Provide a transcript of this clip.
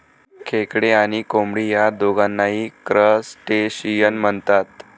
खेकडे आणि कोळंबी या दोघांनाही क्रस्टेशियन म्हणतात